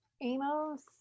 Amos